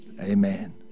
Amen